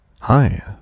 Hi